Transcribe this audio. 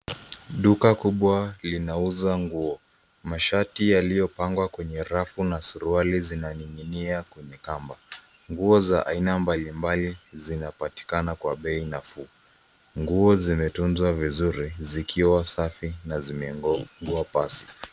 Duka kubwa linauza nguo. Mashati yaliyopangwa kwenye rafu na suruali, zinaning'inia kwenye kamba. Nguo za aina mbali mbali zinapatikana kwa bei nafuu. Nguo zimetunzwa vizuri zikiwa safi, na zimegongwa pasi.